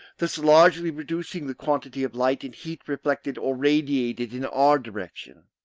thus largely reducing the quantity of light and heat reflected or radiated in our direction.